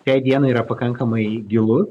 šiai dienai yra pakankamai gilus